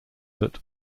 that